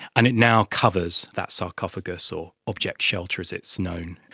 and it now covers that sarcophagus or object shelter as it's known.